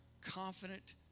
confident